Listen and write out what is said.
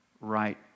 right